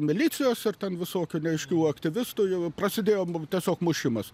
milicijos ir ten visokių neaiškių aktyvistų jau prasidėjo tiesiog mušimas